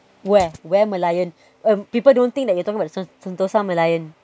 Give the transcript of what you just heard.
where where merlion uh people don't think that you're talking about the sentosa merlion